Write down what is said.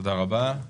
תודה רבה.